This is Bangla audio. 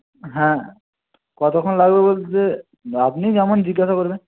হ্যাঁ কতক্ষণ লাগবে বলতে আপনি যেমন জিজ্ঞাসা করবেন